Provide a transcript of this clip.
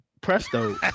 Presto